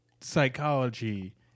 psychology